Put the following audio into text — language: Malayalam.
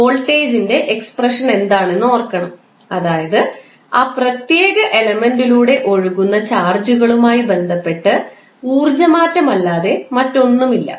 വോൾട്ടേജിന്റെ എക്സ്പ്രഷൻ എന്താണെന്ന് ഓർക്കണം അതായത് ആ പ്രത്യേക എലമെൻറിലൂടെ ഒഴുകുന്ന ചാർജുകളുമായി ബന്ധപ്പെട്ട് ഊർജ്ജമാറ്റമല്ലാതെ മറ്റൊന്നുമില്ല